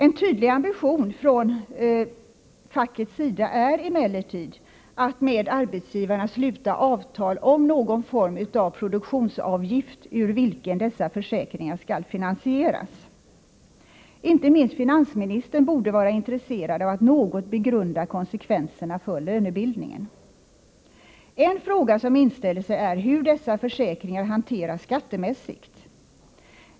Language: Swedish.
En tydlig ambition från fackets sida är att med arbetsgivarna sluta avtal om någon form av produktionsavgift, ur vilken dessa försäkringar skall finansieras. Inte minst finansministern borde vara intresserad av att något begrunda konsekvenserna för lönebildningen. En fråga som inställer sig är hur dessa försäkringar hanteras skattemässigt.